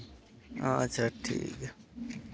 ᱟᱪᱪᱷᱟ ᱴᱷᱤᱠ ᱜᱮᱭᱟ